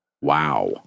Wow